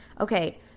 Okay